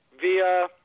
via